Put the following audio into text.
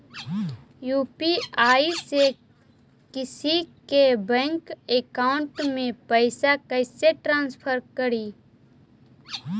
UPI से किसी के बैंक अकाउंट में पैसा कैसे ट्रांसफर करी?